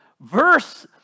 Verse